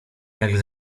nagle